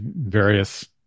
various